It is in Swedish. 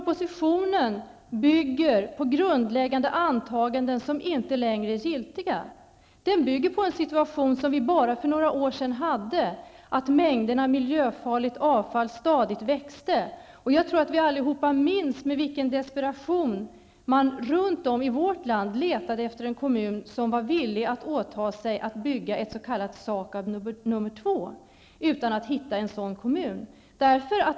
Propositionen bygger på grundläggande antaganden som inte längre är giltiga. Den bygger på en situation som vi för bara några år sedan hade, nämligen att mängderna miljöfarligt avfall stadigt växte. Jag tror att vi alla minns med vilken desperation man runt om i vårt land letade efter en kommun, som var villig att åta sig att bygga ett s.k. SAKAB nr 2, utan att hitta en sådan kommun.